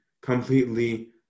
completely